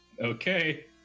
Okay